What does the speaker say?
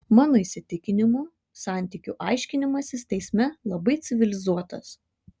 mano įsitikinimu santykių aiškinimasis teisme labai civilizuotas